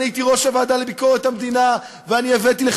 ואני הייתי ראש הוועדה לביקורת המדינה,